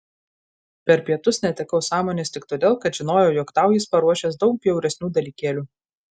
per pietus netekau sąmonės tik todėl kad žinojau jog tau jis paruošęs daug bjauresnių dalykėlių